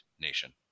nation